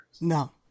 No